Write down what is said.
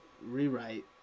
rewrite